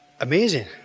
Amazing